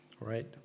right